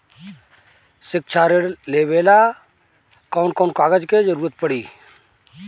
शिक्षा ऋण लेवेला कौन कौन कागज के जरुरत पड़ी?